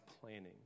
planning